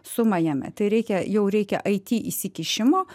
sumą jame tai reikia jau reikia it įsikišimo